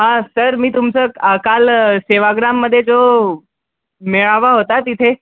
हा सर मी तुमचं काल सेवाग्राममध्ये जो मेळावा होता तिथे